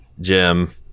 Jim